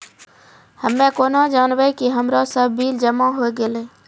हम्मे केना जानबै कि हमरो सब बिल जमा होय गैलै?